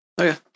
Okay